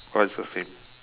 what is the same